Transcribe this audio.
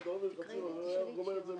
להגיד?